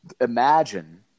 imagine